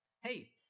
Hey